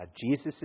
Jesus